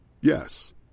Yes